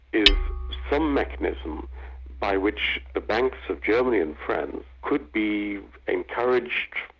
is some mechanism by which the banks of germany and france could be encouraged,